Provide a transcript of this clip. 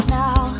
now